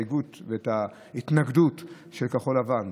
בהסתייגות ובהתנגדות של כחול לבן,